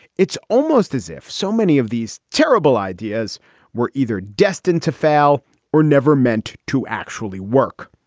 it's almost as if so many of these terrible ideas were either destined to fail or never meant to actually work.